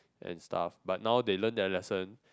and stuff but now they learn their lesson